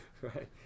Right